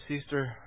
sister